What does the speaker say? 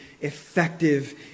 effective